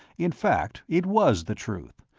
in fact, it was the truth.